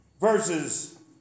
verses